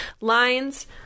lines